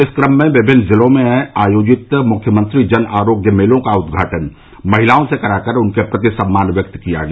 इस क्रम में विभिन्न ज़िलों में आयोजित मुख्यमंत्री जन आरोग्य मेलों का उद्घाटन महिलाओं से करा कर उनके प्रति सम्मान व्यक्त किया गया